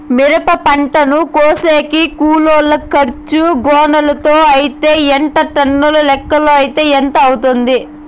మిరప పంటను కోసేకి కూలోల్ల ఖర్చు గోనెలతో అయితే ఎంత టన్నుల లెక్కలో అయితే ఎంత అవుతుంది?